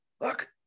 look